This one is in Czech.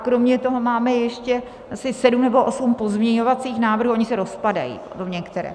Kromě toho máme ještě asi sedm nebo osm pozměňovacích návrhů ony se rozpadají některé.